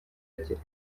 azagira